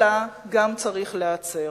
אלא גם צריך להיעצר.